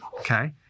okay